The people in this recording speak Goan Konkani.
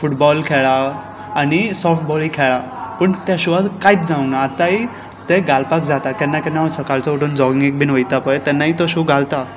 फुटबॉल खेळा आनी सॉफ्ट बॉलीय खेळा पूण त्या शुआ कांयच जावंक ना आतांय ते घालपाक जाता केन्ना केन्ना हांव सकाळचो उठून जॉगिंगेक बीन वयता पळय तेन्नाय तो शू घालता